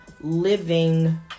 living